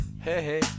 hey